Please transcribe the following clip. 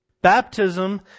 Baptism